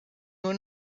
nur